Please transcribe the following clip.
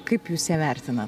kaip jūs ją vertinat